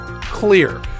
clear